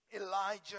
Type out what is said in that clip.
Elijah